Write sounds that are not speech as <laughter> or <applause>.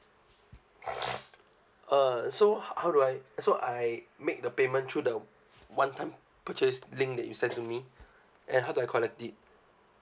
<noise> uh so ho~ how do I so I make the payment through the one-time purchase link that you send to me and how do I collect it